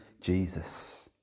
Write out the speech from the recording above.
Jesus